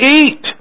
eat